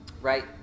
right